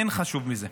אין חשוב מזה.